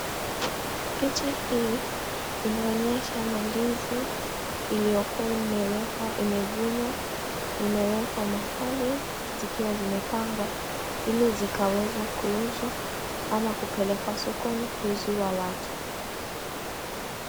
Picha hii inaonyesha mandizi iliyokuwa imewekwa imevunwa , imewekwa mahali zikiwa zimepangwa ili zikaweze kuuzwa ama kupelekwa sokoni kuuziwa watu .